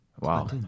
Wow